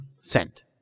Sent